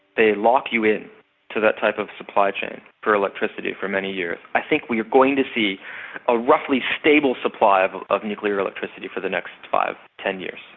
they lock you in to that type of supply chain for electricity for many years. i think we're going to see a roughly stable supply of of nuclear electricity for the next five, ten years.